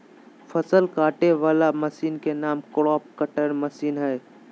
फसल काटे वला मशीन के नाम क्रॉप कटर मशीन हइ